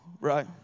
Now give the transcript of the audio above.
right